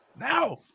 Now